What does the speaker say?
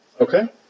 Okay